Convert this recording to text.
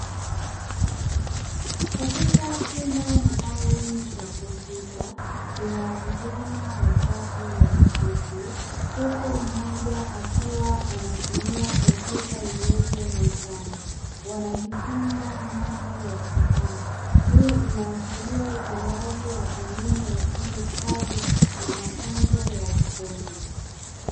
Katika chumba maalumu cha kompyuta, kuna vijana watatu wameketi, huku mmoja akiwa anatumia kompyuta iliyoko mezani, wanajifunza mambo ya TEHAMA, hii inaashiria utolewaji wa elimu ya ufundi stadi na mafunzo ya ufundi.